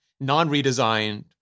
non-redesigned